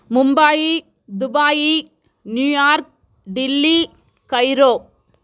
Mumbai Dubai New York Delhi Cairo